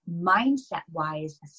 mindset-wise